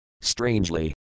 Strangely